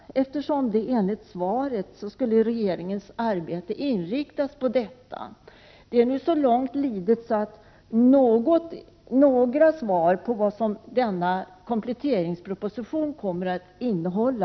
Enligt svaret så skulle ju regeringens arbete inriktas på detta. Det är nu så långt lidet att vi i denna kammare borde kunna få några uppgifter om vad denna kompletteringsproposition kommer att innehålla.